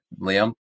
Liam